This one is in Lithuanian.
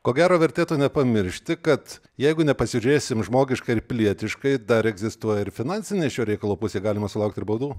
ko gero vertėtų nepamiršti kad jeigu nepasižiūrėsim žmogiškai ir pilietiškai dar egzistuoja ir finansinė šio reikalo pusė galima sulaukt ir baudų